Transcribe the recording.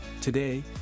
Today